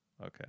Okay